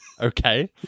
Okay